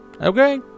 Okay